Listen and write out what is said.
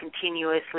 continuously